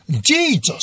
Jesus